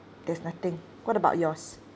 there's nothing what about yours